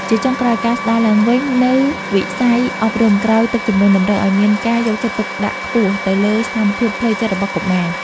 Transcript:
ជាចុងក្រោយ ការស្តារឡើងវិញនូវវិស័យអប់រំក្រោយទឹកជំនន់ តម្រូវឱ្យមានការយកចិត្តទុកដាក់ខ្ពស់ទៅលើស្ថានភាពផ្លូវចិត្តរបស់កុមារ។